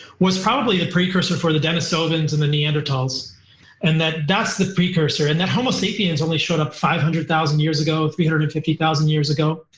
was probably the precursor for the denisovans and the neanderthals and that that's the precursor. and that homosapiens only showed up five hundred thousand years ago, three hundred and fifty thousand years ago.